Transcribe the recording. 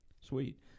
sweet